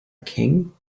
king